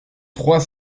trois